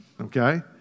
Okay